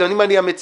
אם אני המציע,